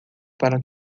para